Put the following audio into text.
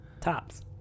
Tops